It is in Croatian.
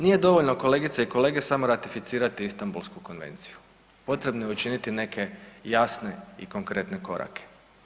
Nije dovoljno kolegice i kolege samo ratificirati Istambulsku konvenciju, potrebno je učiniti neke jasne i konkretne korake.